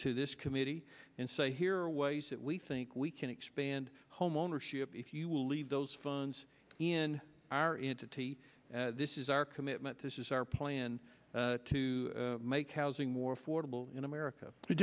to this committee and say here are ways that we think we can expand homeownership if you will leave those funds in our into t v this is our commitment this is our plan to make housing more affordable in america t